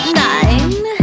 nine